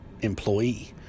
employee